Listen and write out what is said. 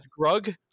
grug